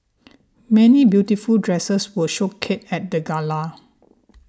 many beautiful dresses were showcased at the gala